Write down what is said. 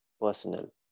personal